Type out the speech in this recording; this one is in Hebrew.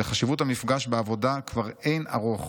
"לחשיבות המפגש בעבודה כבר אין ערוך.